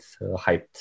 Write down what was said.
hyped